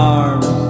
arms